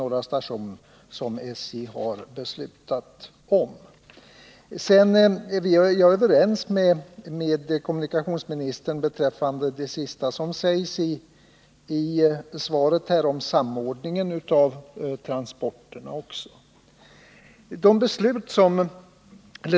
Det sista som sägs i svaret, om betydelsen av samordning av transporterna, är kommunikationsministern och jag också överens om.